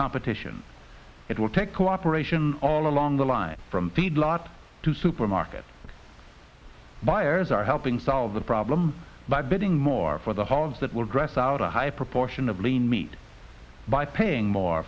competition it will take cooperation all along the line from feedlot to supermarket buyers are helping solve the problem by bidding more for the house that will dress out a high proportion of lean meat by paying more